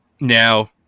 Now